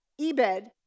Ebed